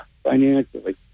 Financially